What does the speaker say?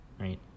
right